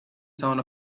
sound